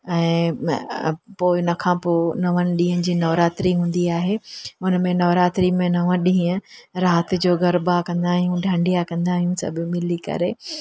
ऐं पोइ इन खां पोइ नवंनि ॾींहंनि जी नवरात्री हूंदी आहे उन नवरात्रीअ में नवं ॾींहं राति जो गरबा कंदा आहियूं डांडिया कंदा आहियूं सभु मिली करे